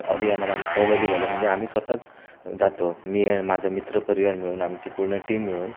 अभियानात आम्ही सहभागी झालो म्हणजे आम्ही स्वत च जातो मी आणि माझा मित्र परिवार मिळून आमची पूर्ण टीम मिळून